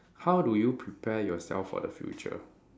how do you prepare yourself for the future